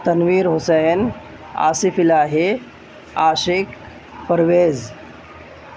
Tanveer Hussain Asif Elahi Ashiq Pervez